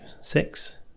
six